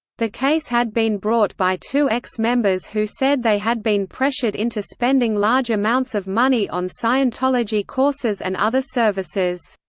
the case had been brought by two ex-members who said they had been pressured into spending large amounts of money on scientology courses and other services.